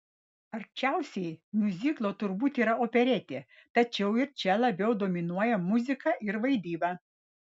arčiausiai miuziklo turbūt yra operetė tačiau ir čia labiau dominuoja muzika ir vaidyba